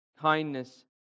kindness